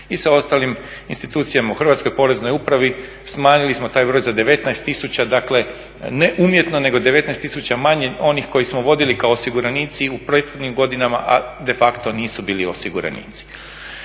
i sa ostalim institucijama u Hrvatskoj, poreznoj upravi, smanjili smo taj broj za 19 tisuća, dakle ne umjetno, nego 19 tisuća manje onih koje smo vodili kao osiguranici u prethodnim godinama, a de facto nisu bili osiguranici.